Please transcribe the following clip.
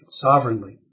sovereignly